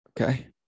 okay